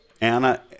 Anna